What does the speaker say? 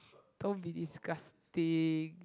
don't be disgusting